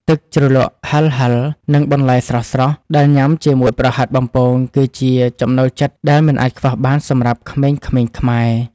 ទឹកជ្រលក់ហឹរៗនិងបន្លែស្រស់ៗដែលញ៉ាំជាមួយប្រហិតបំពងគឺជាចំណូលចិត្តដែលមិនអាចខ្វះបានសម្រាប់ក្មេងៗខ្មែរ។